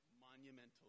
monumental